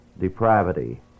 depravity